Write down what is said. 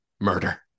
murder